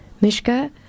Mishka